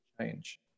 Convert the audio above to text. change